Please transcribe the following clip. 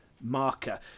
marker